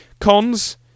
Cons